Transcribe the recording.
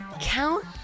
count